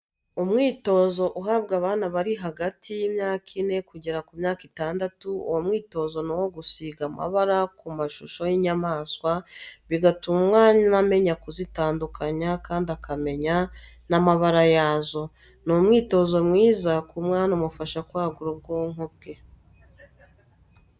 Umwitozo uhabwa abana bari hagati y'imyaka ine kugera ku myaka itandatu, uwo mwitozi ni uwogusiga amabara ku mashusho y'inyamaswa, bigatuma umwana amenya kuzitandukanya kandi akamenya n'amabara yazo. ni umwitozo mwiza ku mwana umufasha kwagura ubwonko bwe.